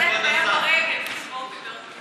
עדיף ללכת לים ברגל, זה ספורט יותר טוב.